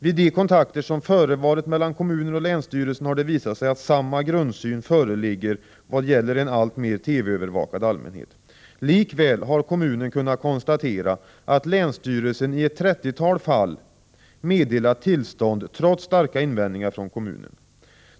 Vid de kontakter som förevarit mellan kommunen och länsstyrelsen har det visat sig att samma grundsyn föreligger vad gäller en alltmer TV övervakad allmänhet. Likväl har kommunen kunnat konstatera att länsstyrelsen i ett 30-tal fall meddelat tillstånd trots starka invändningar från kommunen.